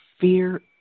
fear